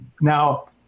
now